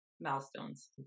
milestones